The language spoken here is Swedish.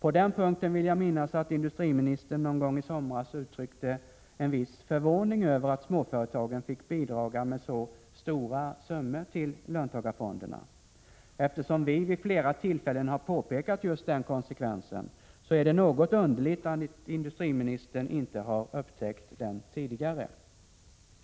På den punkten vill jag minnas att industriministern någon gång i somras uttryckte en viss förvåning över att småföretagen fick bidra med så stora summor till löntagarfonderna. Eftersom vi vid flera tillfällen har påpekat just den konsekvensen, är det något underligt att industriministern inte upptäckt den tidigare.